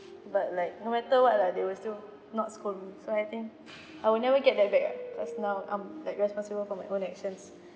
but like no matter what lah they will still not scold me so I think I will never get that back ah cause now I'm like responsible for my own actions